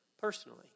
personally